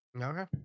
Okay